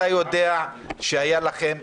אתה יודע שהיה לכם,